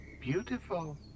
Beautiful